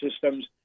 systems